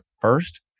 first